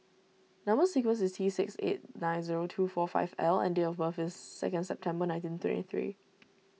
Number Sequence is T six eight nine zero two four five L and date of birth is second September nineteen twenty three